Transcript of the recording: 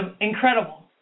incredible